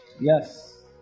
yes